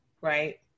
right